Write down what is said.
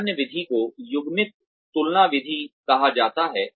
एक अन्य विधि को युग्मित तुलना विधि कहा जाता है